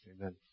Amen